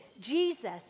Jesus